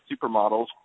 supermodels